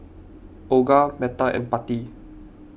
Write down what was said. Olga Metta and Pattie